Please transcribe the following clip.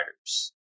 writers